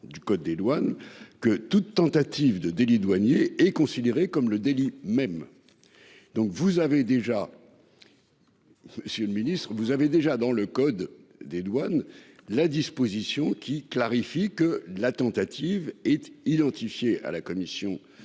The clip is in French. du code des douanes que toute tentative de délit douanier est considéré comme le délit même. Donc vous avez déjà. Monsieur le Ministre, vous avez déjà dans le code des douanes. La disposition qui clarifie que la tentative et identifié à la commission de l'infraction